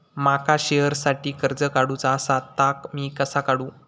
माका शेअरसाठी कर्ज काढूचा असा ता मी कसा काढू?